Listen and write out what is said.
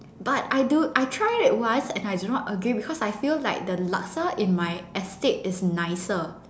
but I do I tried it once and I do not agree because I feel like the laksa in my estate is nicer